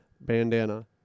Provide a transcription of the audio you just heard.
bandana